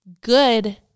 good